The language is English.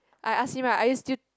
I asked him ah are you still